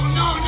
no